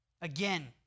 Again